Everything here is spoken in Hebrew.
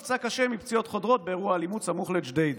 נפצע קשה מפציעות חודרות באירוע אלימות סמוך לג'דיידה,